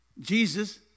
Jesus